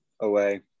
away